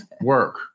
work